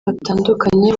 batandukanye